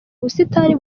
ubusitani